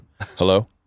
Hello